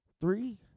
Three